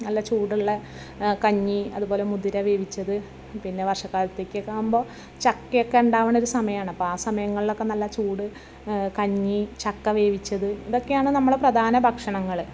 നല്ല ചൂടുള്ള കഞ്ഞി അതുപോലെ മുതിര വേവിച്ചത് പിന്നെ വർഷക്കാലത്തേക്ക് ഒക്കെ ആകുമ്പോൾ ചക്കയൊക്കെ ഉണ്ടാവുന്നൊരു സമയമാണ് അപ്പോൾ ആ സമയങ്ങളിലൊക്കെ നല്ല ചൂട് കഞ്ഞി ചക്ക വേവിച്ചത് ഇതൊക്കെയാണ് നമ്മളെ പ്രധാന ഭക്ഷണങ്ങൾ